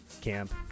camp